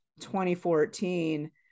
2014